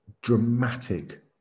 dramatic